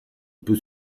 peut